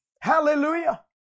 Hallelujah